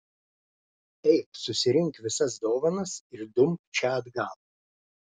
eik susirink visas dovanas ir dumk čia atgal